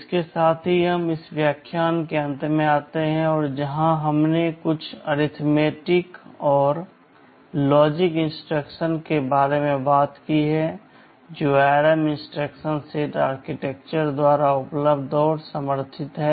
इसके साथ हम इस व्याख्यान के अंत में आते हैं जहां हमने कुछ अरिथमेटिक और लॉजिक इंस्ट्रक्शन के बारे में बात की है जो ARM इंस्ट्रक्शन सेट आर्किटेक्चर द्वारा उपलब्ध और समर्थित हैं